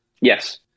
Yes